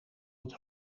het